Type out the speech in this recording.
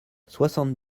soixante